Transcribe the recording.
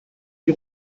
die